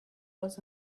was